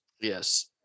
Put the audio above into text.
Yes